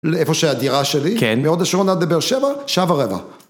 לאיפה שהדירה שלי? כן. מהוד השרון עד לבאר שבע, שעה ורבע.